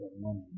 money